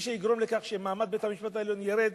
שיגרום לכך שמעמד בית-המשפט העליון ירד,